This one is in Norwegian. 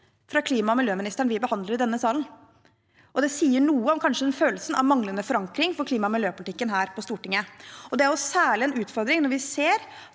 fra klima- og miljøministeren vi behandler i denne salen. Det sier kanskje noe om følelsen av manglende forankring for klima- og miljøpolitikken her på Stortinget. Det er særlig en utfordring når vi ser